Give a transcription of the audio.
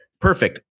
perfect